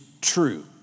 true